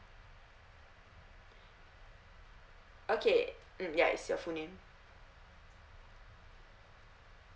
okay mm ya it's your full name